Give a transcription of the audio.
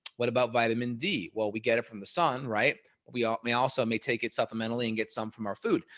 what about vitamin d? well, we get it from the sun, right? we um also may take it supplementally and get some from our food.